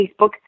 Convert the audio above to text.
Facebook